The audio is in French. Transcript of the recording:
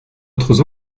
autres